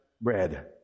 bread